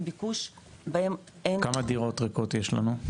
ביקוש בהם --- כמה דירות ריקות יש לנו?